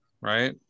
right